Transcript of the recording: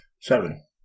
Seven